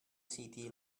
city